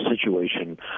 situation